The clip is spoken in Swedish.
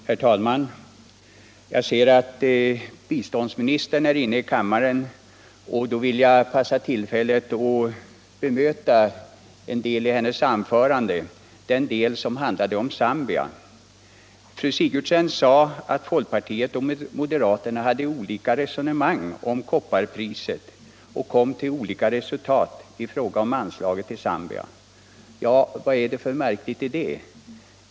Herr talman! Jag ser att biståndsministern är närvarande i kammaren, och jag vill därför begagna tillfället att bemöta den del av hennes anförande som handlade om Zambia. Fru Sigurdsen sade att folkpartiet och moderaterna har olika resonemang om kopparpriset och kommit till olika resultat i fråga om anslaget till Zambia. Ja, vad är det för märkligt i det?